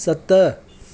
सत